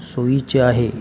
सोयीचे आहे